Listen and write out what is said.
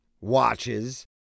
watches